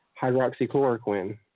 hydroxychloroquine